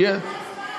אחרי ההצבעה,